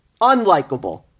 unlikable